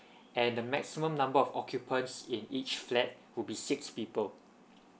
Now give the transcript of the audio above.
and the maximum number of occupants in each flat would be six people